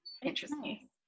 Interesting